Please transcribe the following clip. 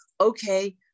okay